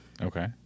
okay